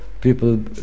people